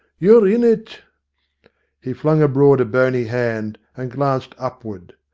you're in it he flung abroad a bony hand, and glanced upward.